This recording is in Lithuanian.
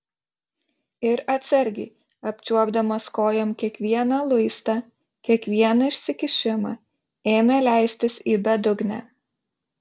ir atsargiai apčiuopdamas kojom kiekvieną luistą kiekvieną išsikišimą ėmė leistis į bedugnę